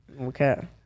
okay